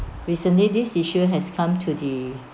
recently this issue has come to the